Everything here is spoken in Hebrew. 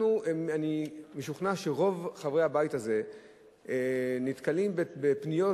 אני משוכנע שרוב חברי הבית הזה נתקלים בפניות